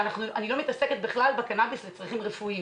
אני לא מתעסקת בכלל בקנאביס לצרכים רפואיים